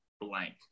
blank